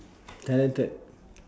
talented